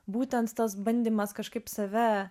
būtent tas bandymas kažkaip save